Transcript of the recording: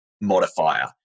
modifier